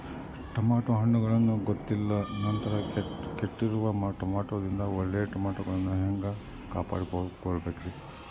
Tomato ಹಣ್ಣುಗಳನ್ನ ಗೊತ್ತಿಲ್ಲ ನಂತರ ಕೆಟ್ಟಿರುವ ಟಮಾಟೊದಿಂದ ಒಳ್ಳೆಯ ಟಮಾಟೊಗಳನ್ನು ಹ್ಯಾಂಗ ಕಾಪಾಡಿಕೊಳ್ಳಬೇಕರೇ?